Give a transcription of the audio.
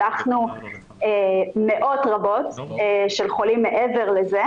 שלחנו מאות רבות של חולים מעבר לזה,